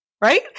right